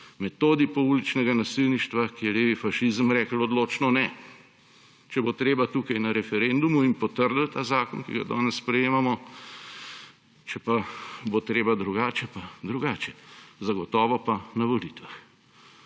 metodi pouličnega nasilništva, ki je levi fašizem, rekli odločno ne. Če bo treba tukaj na referendumu in potrditi ta zakon, ki ga danes sprejemamo, če pa bo treba drugače, pa drugače, zagotovo pa na volitvah.